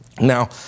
Now